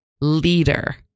leader